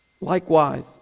Likewise